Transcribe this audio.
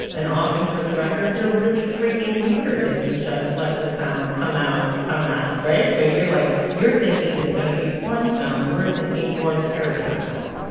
and often, for the record, they're really freaking weird if you just let the sounds come out, come out, right? so you're like, you're thinking it's going to be porn sound, we're thinking more pterodactyl